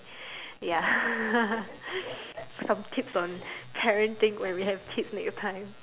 ya some tips on parenting when we have kids next time